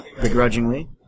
begrudgingly